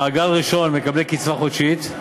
מעגל ראשון, מקבלי קצבה חודשית,